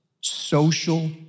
social